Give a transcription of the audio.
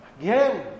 again